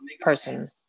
Person